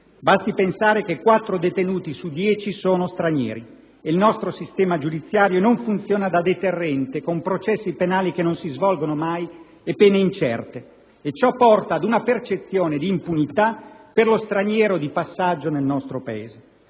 Basti pensare che quattro detenuti su dieci sono stranieri. Inoltre, il nostro sistema giudiziario non funziona da deterrente, con processi penali che non si svolgono mai e pene incerte; ciò porta ad una percezione di impunità per lo straniero di passaggio nel nostro Paese.